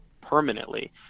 permanently